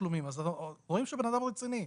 רואים שהבן אדם רציני,